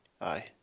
Aye